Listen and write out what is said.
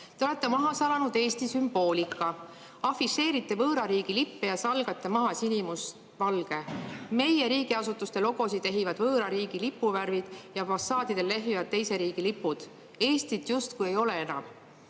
Te olete maha salanud Eesti sümboolika. Afišeerite võõra riigi lippe ja salgate maha sinimustvalge. Meie riigiasutuste logosid ehivad võõra riigi lipuvärvid ja fassaadidel lehvivad teise riigi lipud. Eestit justkui ei oleks enam.